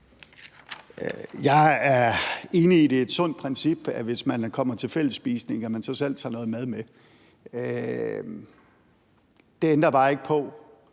Jeg er enig i, at det er et sundt princip, at hvis man kommer til fællesspisning, tager man selv noget mad med. Det ændrer bare ikke på,